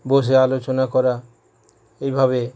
বসে আলোচনা করা এইভাবে